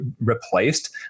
replaced